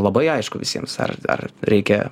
labai aišku visiems ar ar reikia